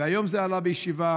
והיום זה עלה בישיבה,